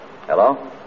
Hello